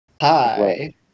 Hi